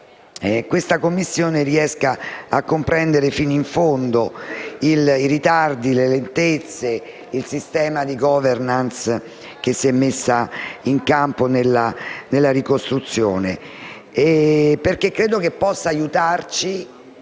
che la Commissione riesca a comprendere fino in fondo i ritardi, le lentezze, il sistema di *governance* che si è messo in campo nella fase di ricostruzione. Credo infatti che ciò possa aiutarci